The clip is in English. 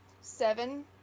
seven